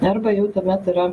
arba jų tuomet yra